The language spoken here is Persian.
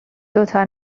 دوتا